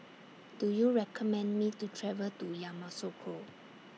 Do YOU recommend Me to travel to Yamoussoukro